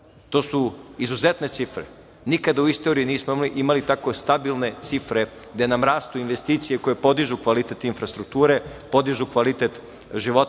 to su izuzetne cifre, nikada u istoriji nismo imali tako stabilne cifre gde nam rastu investicije koje podižu kvalitet infrastrukture, podižu kvalitet života